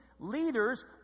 Leaders